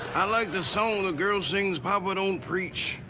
i like the song the girl sings, papa, don't preach.